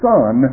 Son